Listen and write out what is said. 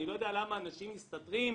אני לא יודע למה אנשים מסתתרים.